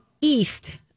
east